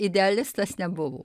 idealistas nebuvo